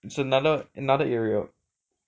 it's another another area